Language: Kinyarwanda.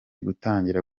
gutangira